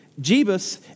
Jebus